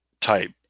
type